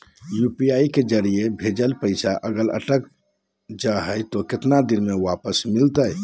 UPI के जरिए भजेल पैसा अगर अटक जा है तो कितना दिन में वापस मिलते?